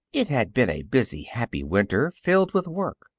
it had been a busy, happy winter, filled with work.